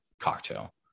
cocktail